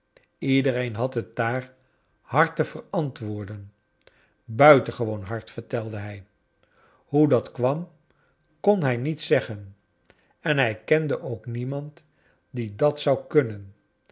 iedereen had het daar hard te verantwoorden buitengewoon hard vertelde hij hoe dat kwam kon hij niet zeggen en hij kende ook niemand die dat zou kunnen